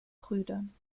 brüdern